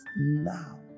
now